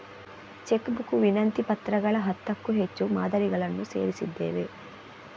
check book ವಿನಂತಿ ಪತ್ರಗಳ ಹತ್ತಕ್ಕೂ ಹೆಚ್ಚು ಮಾದರಿಗಳನ್ನು ಸೇರಿಸಿದ್ದೇವೆ